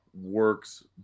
works